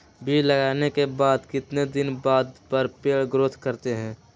बीज लगाने के बाद कितने दिन बाद पर पेड़ ग्रोथ करते हैं?